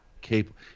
capable